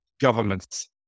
governments